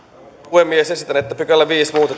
puhemies esitän että viides pykälä